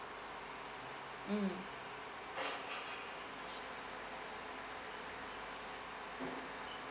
mm